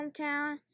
hometown